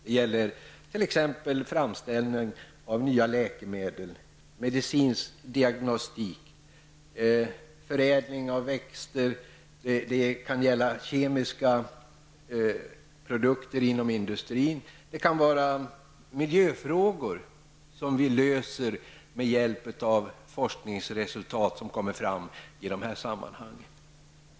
Det gäller t.ex. framställning av nya läkemedel, det gäller medicinsk diagnostik, förädling av växter, kemiska produkter inom industrin, och det kan även gälla miljöfrågor som vi löser med hjälp av forskningsresultat som kommer fram i dessa sammanhang.